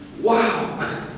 Wow